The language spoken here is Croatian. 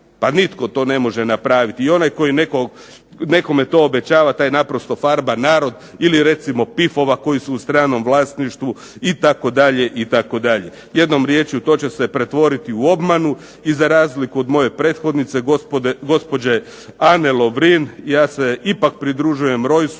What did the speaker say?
Pa nitko to ne može napraviti. I onaj koji nekome to obećava taj naprosto farba narod. Ili recimo … /Govornik se ne razumije./… koji su u stranom vlasništvu itd., itd. Jednom riječju to će se pretvoriti u obmanu i za razliku od moje prethodnice, gospođe Ane Lovrin, ja se ipak pridružujem Rojsu